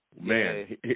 Man